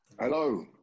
Hello